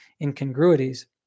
incongruities